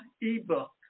ebook